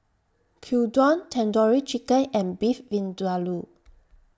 Gyudon Tandoori Chicken and Beef Vindaloo